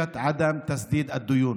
הנהיגה שלהם נשלל בשל אי-תשלום חובות.